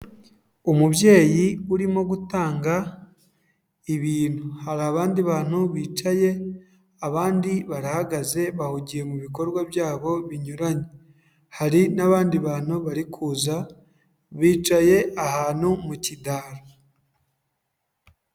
Umubyeyi urimo gutanga ibintu, hari abandi bantu bicaye abandi barahagaze bahugiye mu bikorwa byabo binyuranye, hari n'abandi bantu bari kuza, bicaye ahantu mu kidara.